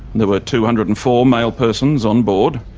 there were two hundred and four male persons on board,